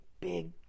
big